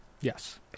Yes